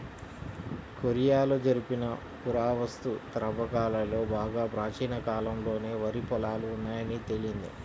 కొరియాలో జరిపిన పురావస్తు త్రవ్వకాలలో బాగా ప్రాచీన కాలంలోనే వరి పొలాలు ఉన్నాయని తేలింది